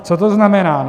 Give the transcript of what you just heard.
Co to znamená?